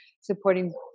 supporting